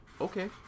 okay